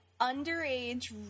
underage